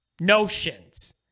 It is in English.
notions